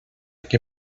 que